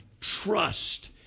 trust